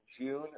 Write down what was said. June